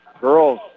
girls